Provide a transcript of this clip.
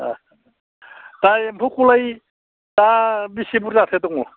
ए दा एम्फौखौलाय दा बेसे बुरजाथो दङ